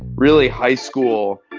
really, high school.